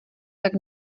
tak